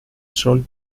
sol